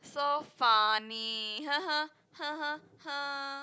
so funny